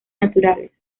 naturales